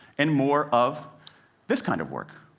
and more of this kind of work.